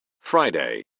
Friday